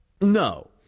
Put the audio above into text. No